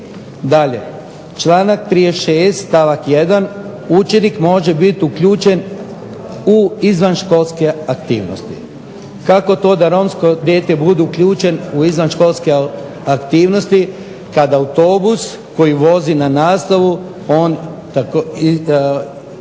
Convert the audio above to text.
Dalje. Članak 36. stavak 1. učenik može bit uključen u izvanškolske aktivnosti. Kako to da romsko dijete bude uključen u izvanškolske aktivnosti kad autobus koji vozi na nastavu on također